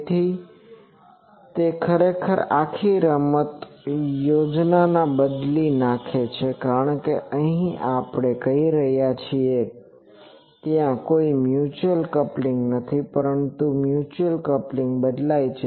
તેથી તે ખરેખર આખી રમત યોજનાને બદલી નાખે છે કારણ કે અહીં આપણે કહી રહ્યા છીએ કે ત્યાં કોઈ મ્યુચ્યુઅલ કપ્લિંગ નથી પરંતુ મ્યુચ્યુઅલ કપલિંગ બદલાય છે